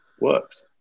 works